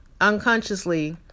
unconsciously